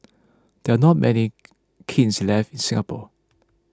there are not many kilns left in Singapore